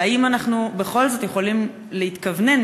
ואם אנחנו בכל זאת יכולים להתכוונן,